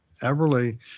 Everly